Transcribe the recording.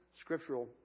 scriptural